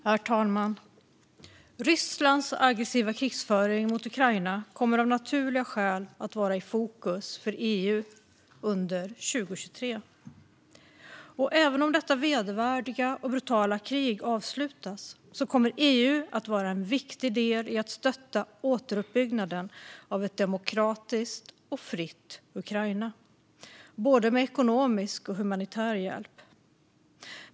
Herr talman! Rysslands aggressiva krigföring mot Ukraina kommer av naturliga skäl att vara i fokus för EU under 2023. Även om detta vedervärdiga och brutala krig avslutas kommer EU att vara en viktig del i att stötta återuppbyggnaden av ett demokratiskt och fritt Ukraina, med både ekonomisk och humanitär hjälp.